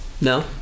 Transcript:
no